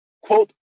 quote